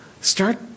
start